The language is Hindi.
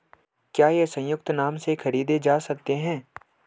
क्या ये संयुक्त नाम से खरीदे जा सकते हैं?